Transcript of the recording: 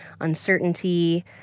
uncertainty